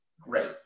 Great